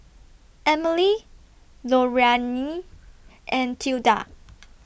Emily Lorrayne and Tilda